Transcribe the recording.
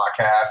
podcast